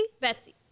Betsy